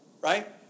Right